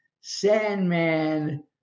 Sandman